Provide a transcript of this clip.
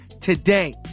today